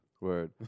Word